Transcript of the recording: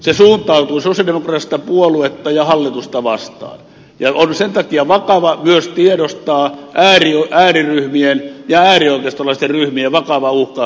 se suuntautui sosialidemokraattista puoluetta ja hallitusta vastaan ja sen takia on myös tiedostettava ääriryhmien ja äärioikeistolaisten ryhmien vakava uhka